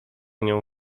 nią